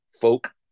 folk